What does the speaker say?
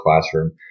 classroom